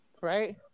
right